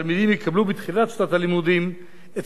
התלמידים יקבלו בתחילת שנת הלימודים את